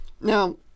now